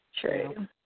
True